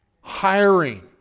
Hiring